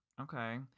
Okay